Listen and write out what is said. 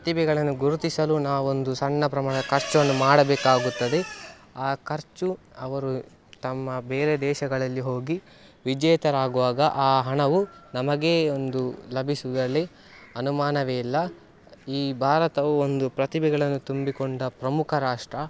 ಪ್ರತಿಭೆಗಳನ್ನು ಗುರುತಿಸಲು ನಾವು ಒಂದು ಸಣ್ಣ ಪ್ರಮಾಣದ ಖರ್ಚನ್ನು ಮಾಡಬೇಕಾಗುತ್ತದೆ ಆ ಖರ್ಚು ಅವರು ತಮ್ಮ ಬೇರೆ ದೇಶಗಳಲ್ಲಿ ಹೋಗಿ ವಿಜೇತರಾಗುವಾಗ ಆ ಹಣವು ನಮಗೆ ಒಂದು ಲಭಿಸುವುದರಲ್ಲಿ ಅನುಮಾನವೇ ಇಲ್ಲ ಈ ಭಾರತವು ಒಂದು ಪ್ರತಿಭೆಗಳನ್ನು ತುಂಬಿಕೊಂಡ ಪ್ರಮುಖ ರಾಷ್ಟ್ರ